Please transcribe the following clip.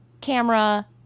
camera